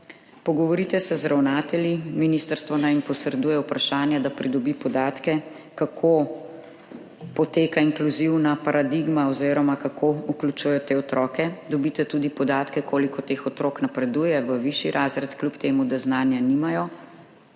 Pogovorite se z ravnatelji. Ministrstvo naj jim posreduje vprašanje, da pridobi podatke, kako poteka inkluzivna paradigma oziroma kako vključujejo te otroke. Dobite tudi podatke, koliko teh otrok napreduje v višji razred, kljub temu da znanja nimajo.